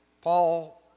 Paul